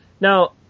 Now